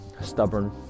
stubborn